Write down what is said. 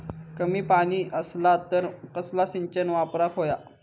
कमी पाणी असला तर कसला सिंचन वापराक होया?